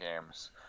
games